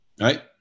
Right